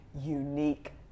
unique